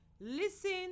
Listen